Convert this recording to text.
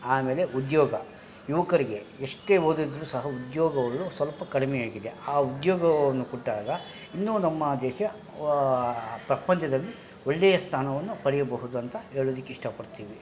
ಆಮೇಲೆ ಉದ್ಯೋಗ ಯುವಕರಿಗೆ ಎಷ್ಟೇ ಓದಿದರೂ ಸಹ ಉದ್ಯೋಗಗಳು ಸ್ವಲ್ಪ ಕಡಿಮೆಯಾಗಿದೆ ಆ ಉದ್ಯೋಗವನ್ನು ಕೊಟ್ಟಾಗ ಇನ್ನೂ ನಮ್ಮ ದೇಶ ವಾ ಪ್ರಪಂಚದಲ್ಲಿ ಒಳ್ಳೆಯ ಸ್ಥಾನವನ್ನು ಪಡೆಯಬಹುದು ಅಂತ ಹೇಳೋದಿಕ್ ಇಷ್ಟಪಡ್ತೀವಿ